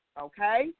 okay